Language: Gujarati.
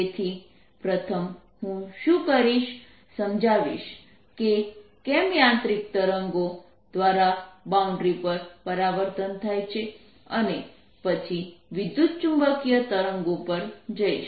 તેથી પ્રથમ હું શું કરીશ સમજાવીશ કે કેમ યાંત્રિક તરંગો દ્વારા બાઉન્ડ્રી પર પરાવર્તન થાય છે અને પછી વિદ્યુતચુંબકીય તરંગો પર જઈશ